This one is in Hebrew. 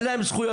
אין להם זכויות,